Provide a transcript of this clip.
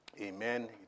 amen